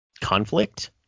conflict